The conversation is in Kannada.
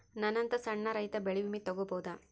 ನನ್ನಂತಾ ಸಣ್ಣ ರೈತ ಬೆಳಿ ವಿಮೆ ತೊಗೊಬೋದ?